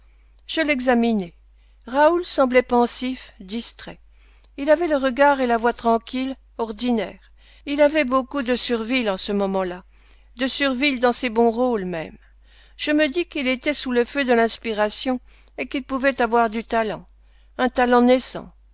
je l'examinai raoul semblait pensif distrait il avait le regard et la voix tranquilles ordinaires il avait beaucoup de surville en ce moment-là de surville dans ses bons rôles même je me dis qu'il était sous le feu de l'inspiration et qu'il pouvait avoir du talent un talent naissant